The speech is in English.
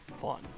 fun